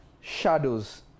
shadows